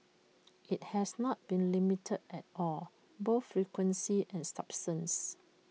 IT has not been limited at all both frequency and substance